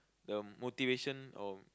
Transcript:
the motivation or the